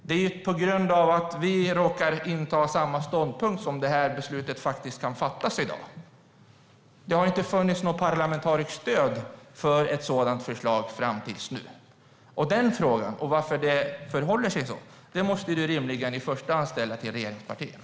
Det är på grund av att vi råkar inta samma ståndpunkt som beslutet kan fattas i dag. Det har inte funnits något parlamentariskt stöd för ett sådant förslag fram tills nu. Frågan om varför det förhåller sig så måste du rimligen i första hand ställa till regeringspartierna.